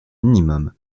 minimum